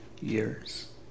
years